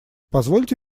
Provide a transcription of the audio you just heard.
позвольте